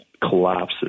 collapses